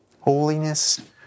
Holiness